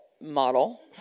model